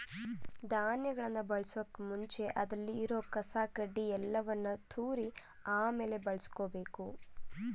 ಧಾನ್ಯಗಳನ್ ಬಳಸೋಕು ಮುಂಚೆ ಅದ್ರಲ್ಲಿ ಇರೋ ಕಸ ಕಡ್ಡಿ ಯಲ್ಲಾನು ತೂರಿ ಆಮೇಲೆ ಬಳುಸ್ಕೊಬೇಕು